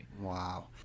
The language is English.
Wow